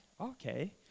Okay